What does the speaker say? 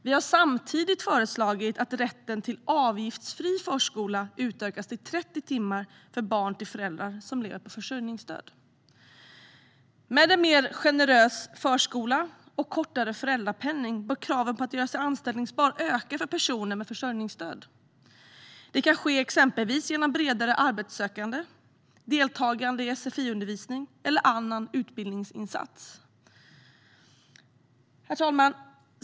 Vi har samtidigt föreslagit att rätten till avgiftsfri förskola utökas till 30 timmar för barn till föräldrar som lever på försörjningsstöd. Med en mer generös förskola och kortare tid med föräldrapenning bör kraven på att göra sig anställbar öka för personer med försörjningsstöd. Det kan exempelvis ske genom bredare arbetssökande, deltagande i sfiundervisning eller annan utbildningsinsats. Herr talman!